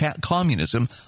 communism